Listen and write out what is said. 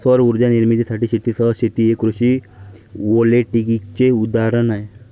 सौर उर्जा निर्मितीसाठी शेतीसह शेती हे कृषी व्होल्टेईकचे उदाहरण आहे